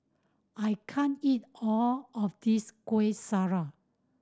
I can't eat all of this Kueh Syara